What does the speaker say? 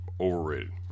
Overrated